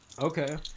Okay